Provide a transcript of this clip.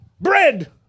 bread